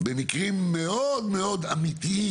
במקרים מאוד מאוד אמיתיים,